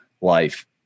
life